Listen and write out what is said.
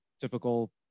typical